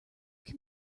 can